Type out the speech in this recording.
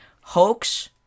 hoax